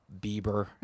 Bieber